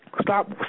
stop